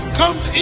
comes